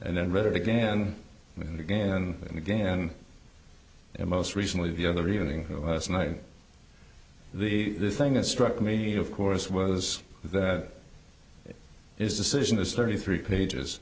and then read it again and again and again and most recently the other evening last night the thing that struck me of course was that is decision is thirty three pages